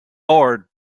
board